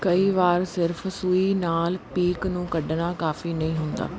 ਕਈ ਵਾਰ ਸਿਰਫ਼ ਸੂਈ ਨਾਲ ਪੀਕ ਨੂੰ ਕੱਢਣਾ ਕਾਫ਼ੀ ਨਹੀਂ ਹੁੰਦਾ